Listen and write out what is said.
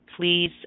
please